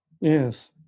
yes